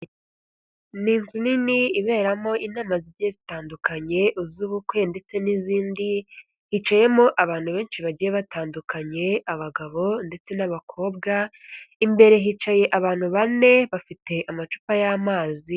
Ni inzu nini iberamo inama zigiye zitandukanye z'ubukwe ndetse n'izindi, hicayemo abantu benshi bagiye batandukanye, abagabo ndetse n'abakobwa, imbere hicaye abantu bane bafite amacupa y'amazi.